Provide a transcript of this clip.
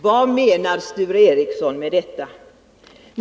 Vad menar Sture Ericson med detta?